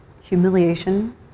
humiliation